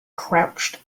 crouched